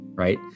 Right